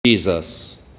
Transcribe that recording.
Jesus